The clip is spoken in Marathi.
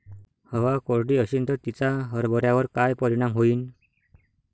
हवा कोरडी अशीन त तिचा हरभऱ्यावर काय परिणाम होईन?